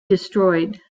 destroyed